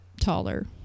taller